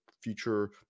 future